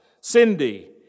Cindy